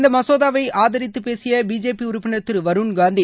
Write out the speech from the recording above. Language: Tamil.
இந்த மசோதாவை ஆதரித்து பேசிய பிஜேபி உறுப்பினர் திரு வருண்காந்தி